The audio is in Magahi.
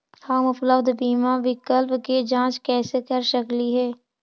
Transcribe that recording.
हम उपलब्ध बीमा विकल्प के जांच कैसे कर सकली हे?